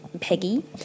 Peggy